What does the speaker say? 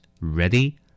Ready